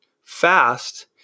fast